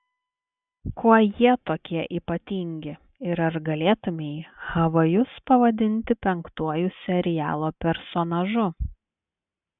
kuo jie tokie ypatingi ir ar galėtumei havajus pavadinti penktuoju serialo personažu